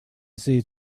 see